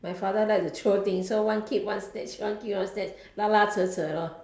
my father like to throw things so one keep one snatch one keep one snatch 拉拉扯扯 lor